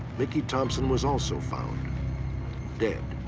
mickey thompson was also found dead.